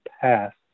past